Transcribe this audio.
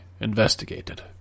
investigated